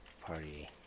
Party